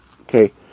Okay